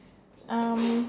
um